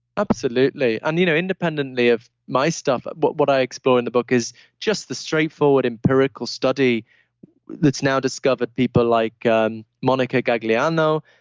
absolutely. and you know independently of my stuff, what what i explore in the book is just the straightforward empirical study that's now discovered people like um monica gagliano,